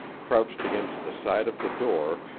crouched against the side of the door,